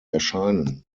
erscheinen